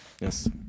yes